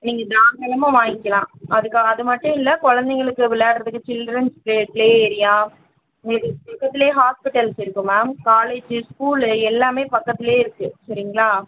நீங்கள் தாராளமாக வாங்கிக்கலாம் அதுக்காக அது மட்டும் இல்லை கொழந்தைங்களுக்கு விளையாடுறதுக்கு சில்ட்ரன்ஸ் ப்ளே ப்ளே ஏரியா உங்களுக்கு பக்கத்திலே ஹாஸ்பிட்டல்ஸ் இருக்கு மேம் காலேஜி ஸ்கூலு எல்லாமே பக்கத்திலே இருக்குது சரிங்களா